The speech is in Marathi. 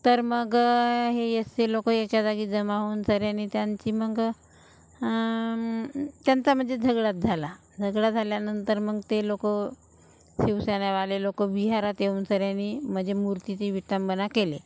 तर मग हे एस सी लोकं येच्या जागी जमा होऊन साऱ्यांनी त्यांची मग त्यांचा म्हणजे झगडाच झाला झगडा झाल्यानंतर मग ते लोकं शिवसेनावाले लोकं विहारात येऊन साऱ्यांनी म्हणजे मूर्तीची विटंबना केली